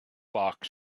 box